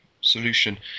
solution